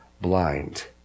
blind